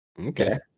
okay